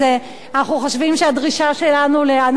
אנחנו חושבים שהדרישה שלנו להנהגת נישואים